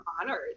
honored